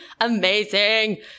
Amazing